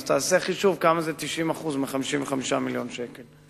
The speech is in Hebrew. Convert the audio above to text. אז תעשה חישוב כמה זה 90% מ-55 מיליון שקל.